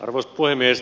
arvoisa puhemies